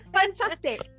Fantastic